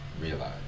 realize